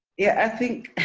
yeah i think.